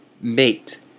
Mate